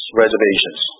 reservations